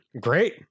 Great